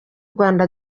rwanda